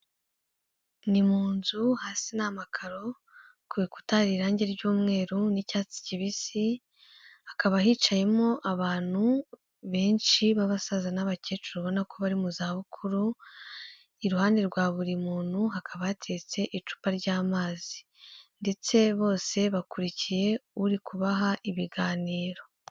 Ni mu nzu, hasi n'amakaro, ku rukuta hari irangi ry'umweru n'icyatsi kibisi, hakaba hicayemo abantu benshi b'abasaza n'abakecuru, ubona ko bari mu za bukuru. Iruhande rwa buri muntu hakaba hateretse icupa ry'amazi ndetse bose bakurikiye uri bakuha ibiganiro.